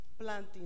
planting